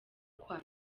kwa